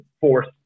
force